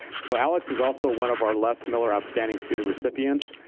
so alex is also one of our les miller outstanding student recipients.